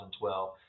2012